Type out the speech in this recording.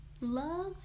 Love